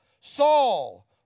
Saul